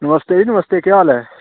नमस्ते जी नमस्ते केह् हाल ऐ